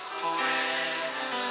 forever